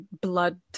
blood